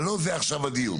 אבל לא זה עכשיו הדיון.